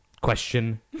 Question